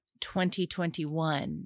2021